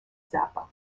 zappa